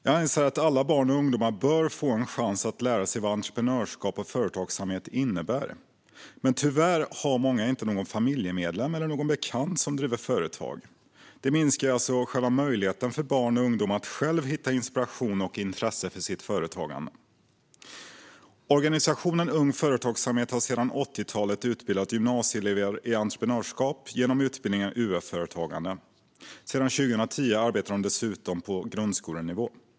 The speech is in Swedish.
Jag anser att alla barn och ungdomar bör få en chans att lära sig vad entreprenörskap och företagsamhet innebär, men tyvärr har många inte någon familjemedlem eller bekant som driver företag. Detta minskar möjligheten för barn och ungdomar att själva hitta inspiration och intresse för sitt företagande. Organisationen Ung Företagsamhet har sedan 80-talet utbildat gymnasieelever i entreprenörskap genom utbildningen UF-företagande. Sedan 2010 arbetar de dessutom på grundskolenivå.